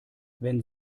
wenn